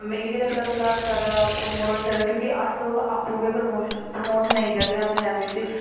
मिगी निं लगदा भला जादा प्रमोट होई सकदा क्योंकि अस लोक आपूं गै प्रमोट नेईं करदे अपनी लैंग्वेज़ दी